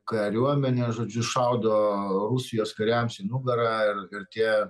kariuomenė žodžiu šaudo rusijos kariams į nugarą ir ir tie